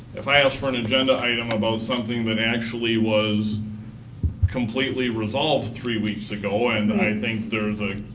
if i ask for an agenda item about something that actually was completely resolved three weeks ago and i think there's a,